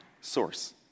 source